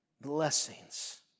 blessings